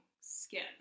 skin